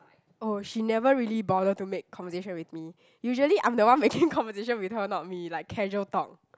oh she never really bother to make conversation with me usually I'm the one making conversation with her not me like casual talk